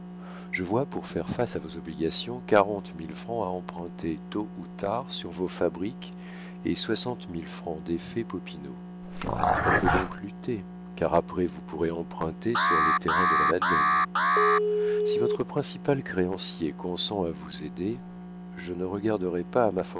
je vois pour faire face à vos obligations quarante mille francs à emprunter tôt ou tard sur vos fabriques et soixante mille francs d'effets popinot on peut donc lutter car après vous pourrez emprunter sur les terrains de la madeleine si votre principal créancier consent à vous aider je ne regarderai pas